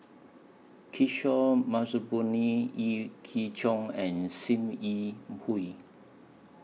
Kishore Mahbubani Yee Jong and SIM Yi Hui